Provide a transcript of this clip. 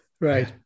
Right